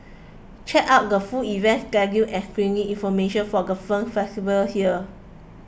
check out the full event schedule and screening information for the film festival here